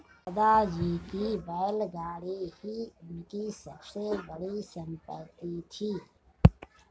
दादाजी की बैलगाड़ी ही उनकी सबसे बड़ी संपत्ति थी